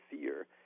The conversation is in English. fear